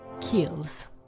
kills